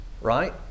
right